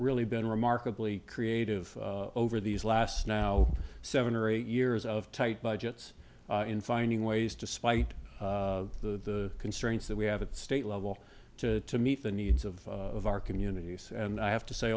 really been remarkably creative over these last now seven or eight years of tight budgets in finding ways to spite the constraints that we have at state level to meet the needs of our communities and i have to say